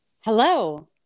hello